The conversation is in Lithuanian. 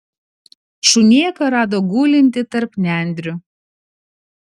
šunėką rado gulintį tarp nendrių